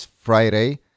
Friday